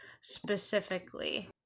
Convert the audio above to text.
specifically